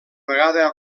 vegada